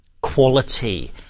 quality